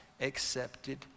accepted